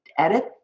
Edit